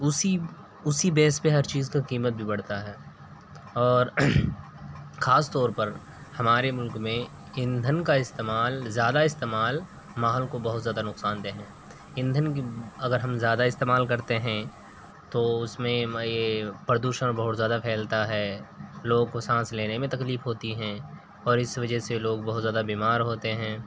اسی اسی بیس پہ ہر چیز کا قیمت بھی بڑھتا ہے اور خاص طور پر ہمارے ملک میں ایندھن کا استعمال زیادہ استعمال ماحول کو بہت زیادہ نقصان دہ ہے ایندھن بھی اگر ہم زیادہ استعمال کرتے ہیں تو اس میں پردوشن بہت زیادہ پھیلتا ہے لوگوں کو سانس لینے میں تکلیف ہوتی ہیں اور اس وجہ سے لوگ بہت زیادہ بیمار ہوتے ہیں